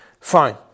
fine